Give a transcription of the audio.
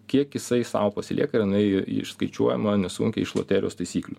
kiek jisai sau pasilieka ir jinai išskaičiuojama nesunkiai iš loterijos taisyklių